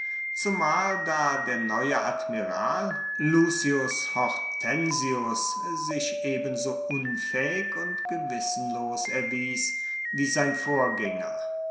zumal da der neue admiral lucius hortensius sich ebenso unfaehig und gewissenlos erwies wie sein vorgaenger